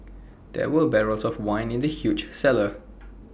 there were barrels of wine in the huge cellar